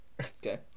Okay